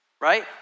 right